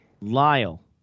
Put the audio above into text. Lyle